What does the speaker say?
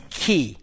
key